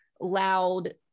loud